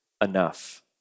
enough